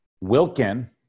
Wilkin